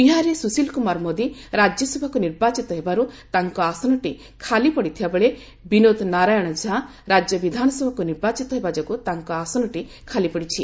ବିହାରରେ ସୁଶୀଲ କୁମାର ମୋଦୀ ରାଜ୍ୟସଭାକୁ ନିର୍ବାଚିତ ହେବାରୁ ତାଙ୍କ ଆସନଟି ଖାଲି ପଡ଼ିଥିବା ବେଳେ ବିନୋଦ ନାରାୟଣ ଝା ରାଜ୍ୟ ବିଧାନସଭାକୁ ନିର୍ବାଚନ ହେବା ଯୋଗୁଁ ତାଙ୍କ ଆସନଟି ଖାଲି ପଡ଼ିଛି